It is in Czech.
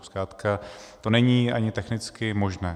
Zkrátka to není ani technicky možné.